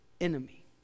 enemy